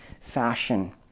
fashion